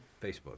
Facebook